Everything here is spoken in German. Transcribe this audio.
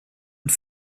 und